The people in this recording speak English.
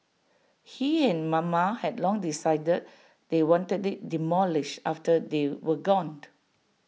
he and mama had long decided they wanted IT demolished after they were gone